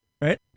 Right